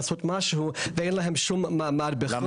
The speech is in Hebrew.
לעשות משהו ואין להם שום מעמד בכלל.